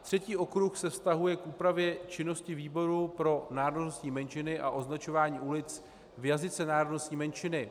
Třetí okruh se vztahuje k úpravě činnosti výboru pro národnostní menšiny a označování ulic v jazyce národnostní menšiny.